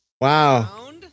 Wow